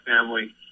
family